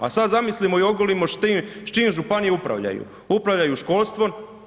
A sada zamislimo i ogolimo s čim županije upravljaju, upravljaju školstvom.